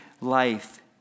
life